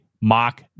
mock